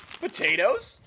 potatoes